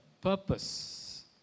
purpose